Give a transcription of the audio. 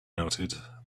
melted